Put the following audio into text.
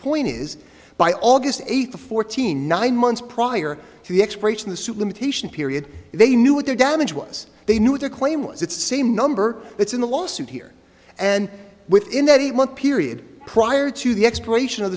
point is by august eighth or fourteen nine months prior to the expiration the suit limitation period they knew what their damage was they knew their claim was that same number it's in the lawsuit here and within that one period prior to the expiration of